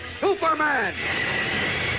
Superman